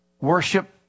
worship